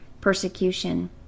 persecution